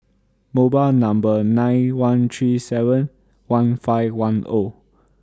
mobber Number nine one three seven one five one Zero